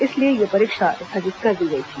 इसलिए यह परीक्षा स्थगित कर दी गई थी